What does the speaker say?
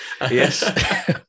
Yes